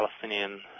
Palestinian